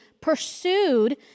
pursued